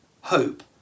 hope